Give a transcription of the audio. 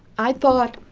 i bought,